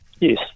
Yes